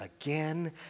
again